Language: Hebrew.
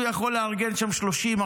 הוא יכול לארגן שם 30,000,